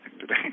today